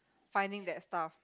finding that stuff